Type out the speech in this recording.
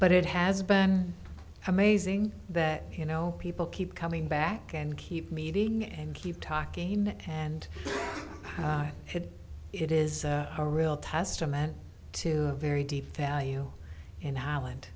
but it has been amazing that you know people keep coming back and keep meeting and keep talking and it is a real testament to very deep value in highland